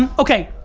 um okay,